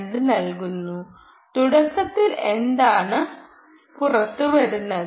2 നൽകുന്നു തുടക്കത്തിൽ എന്താണ് പുറത്തുവരുന്നത്